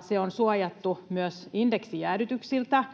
Se on suojattu myös indeksijäädytyksiltä,